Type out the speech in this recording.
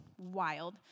wild